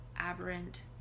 aberrant